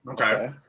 okay